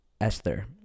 Esther